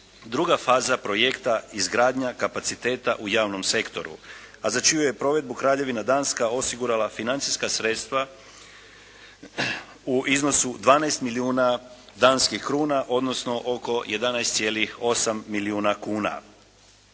druga faza projekta izgradnja kapaciteta u javnom sektoru, a za čiju je provedbu Kraljevina Danska osigurala financijska sredstva u iznosu 12 milijuna danskih kruna odnosno oko 11,8 milijuna kuna.